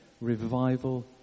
revival